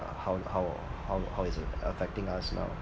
how how how how it's affecting us now